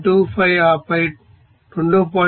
25 ఆపై 2